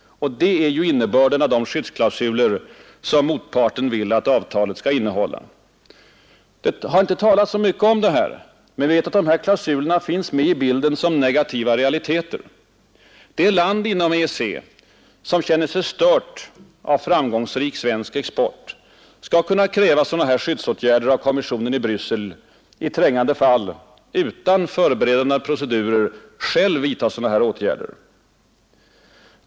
Detta är innebörden av de skyddsklausuler som motparten vill att avtalet skall innehålla. Det har inte talats så mycket om detta, men vi vet att dessa klausuler finns med i bilden som negativa realiteter. Det land inom EEC som känner sig stört av framgångsrik svensk export skall kunna kräva sådana skyddsåtgärder av kommissionen i Bryssel, i trängande fall utan förberedande procedurer självt vidtaga sådana.